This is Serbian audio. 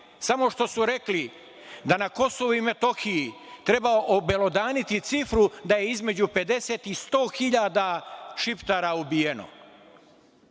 samo što su rekli da na Kosovu i Metohiji treba obelodaniti cifru da je između 50 i 100 hiljada šiptara ubijeno.